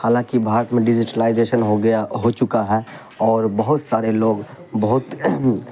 حالانکہ بھارت میں ڈیجیٹلائزیشن ہو گیا ہو چکا ہے اور بہت سارے لوگ بہت